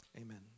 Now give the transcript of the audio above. Amen